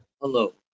hello